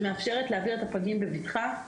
שמאפשרת להעביר את הפגים בבטחה.